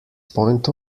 point